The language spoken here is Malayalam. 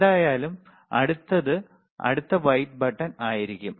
എന്തായാലും അടുത്തത് അടുത്ത വൈറ്റ് ബട്ടൺ ആയിരിക്കും